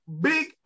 Big